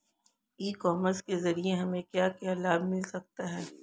ई commerce के ज़रिए हमें क्या क्या लाभ मिल सकता है?